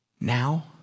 now